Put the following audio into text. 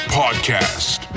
podcast